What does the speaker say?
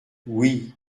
oui